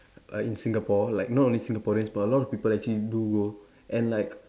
like in Singapore like not only Singaporeans but a lot of people actually do go and like